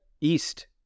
east